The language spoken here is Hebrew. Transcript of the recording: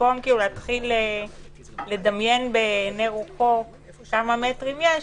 במקום להתחיל לדמיין בעיני רוחו כמה מטרים יש,